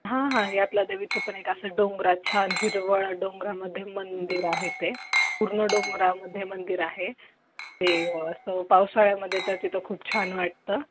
हां हां हातलादेवीचं पण एक असं डोंगरात छान हिरवळ डोंगरामध्ये मंदिर आहे ते पूर्ण डोंगरामध्ये मंदिर आहे ते असं पावसाळ्यामध्ये तर तिथं खूप छान वाटतं